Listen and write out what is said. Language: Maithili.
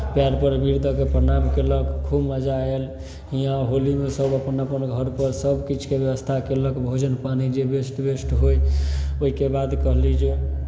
पएरपर अबीर दऽ कऽ प्रणाम कयलक खूब मजा आयल हियाँ होलीमे सभ अपन अपन घरपर सभ किछुके व्यवस्था कयलक भोजन पानी जे बेस्ट बेस्ट होइ ओहिके बाद कहली जे